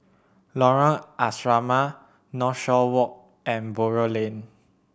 Lorong Asrama Northshore Walk and Buroh Lane